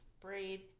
braid